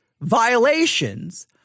violations